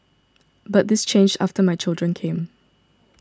but this changed after my children came